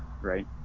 right